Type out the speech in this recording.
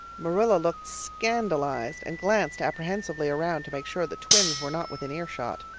marilla looked scandalized and glanced apprehensively around to make sure the twins were not within earshot.